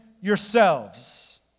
yourselves